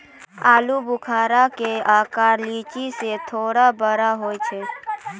आलूबुखारा केरो आकर लीची सें थोरे बड़ो होय छै